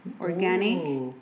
organic